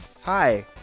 hi